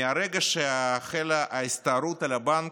מרגע שהחלה ההסתערות על הבנק,